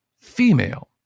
female